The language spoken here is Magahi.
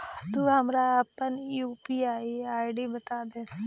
तु हमरा अपन यू.पी.आई आई.डी बतादे